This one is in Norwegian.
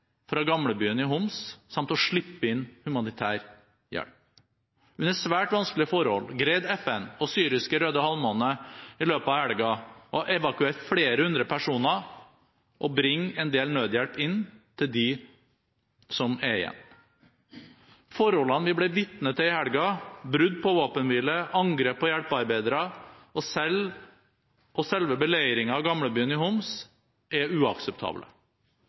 fra gamlebyen i Homs, samt å slippe inn humanitær hjelp. Under svært vanskelige forhold greide FN og syriske Røde Halvmåne i løpet av helgen å evakuere flere hundre personer og bringe en del nødhjelp inn til dem som er igjen. Forholdene vi ble vitne til i helgen – brudd på våpenhvile, angrep på hjelpearbeidere og selve beleiringen av gamlebyen i Homs – er uakseptable.